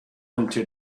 into